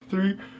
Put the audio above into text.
Three